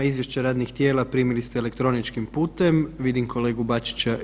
Izvješće radnih tijela primili ste elektroničkim putem, vidim kolegu Bačića.